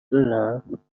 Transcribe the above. دارم